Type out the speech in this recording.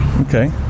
Okay